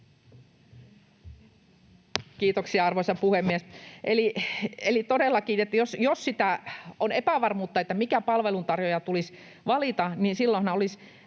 Kiitoksia, arvoisa puhemies! Todellakin, jos on epävarmuutta, mikä palveluntarjoaja tulisi valita,